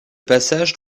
passage